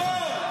איזה גיבור.